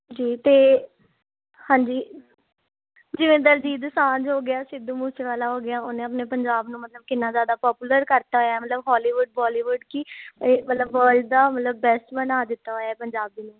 ਜੀ ਅਤੇ ਹਾਂਜੀ ਜਿਵੇਂ ਦਿਲਜੀਤ ਦੋਸਾਂਝ ਹੋ ਗਿਆ ਸਿੱਧੂ ਮੂਸੇਵਾਲਾ ਹੋ ਗਿਆ ਉਹਨੇ ਆਪਣੇ ਪੰਜਾਬ ਨੂੰ ਮਤਲਬ ਕਿੰਨਾ ਜ਼ਿਆਦਾ ਪਾਪੂਲਰ ਕਰਤਾ ਹੋਇਆ ਮਤਲਬ ਹੋਲੀਵੁੱਡ ਬੋਲੀਵੁੱਡ ਕਿ ਮਤਲਬ ਵਰਲਡ ਦਾ ਮਤਲਬ ਬੈਸਟ ਬਣਾ ਦਿੱਤਾ ਹੋਇਆ ਪੰਜਾਬ ਨੂੰ